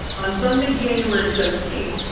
on sunday, january seventeen,